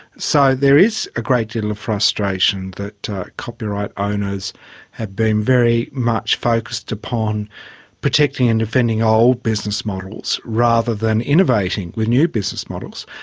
so there is a great deal of frustration that copyright owners have been very much focused upon protecting and defending old business models, rather than innovating with new business models,